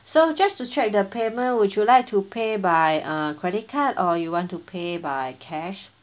so just to check the payment would you like to pay by uh credit card or you want to pay by cash